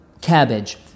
cabbage